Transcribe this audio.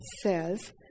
says